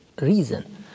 reason